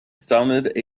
sounded